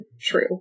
true